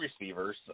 receivers